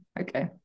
okay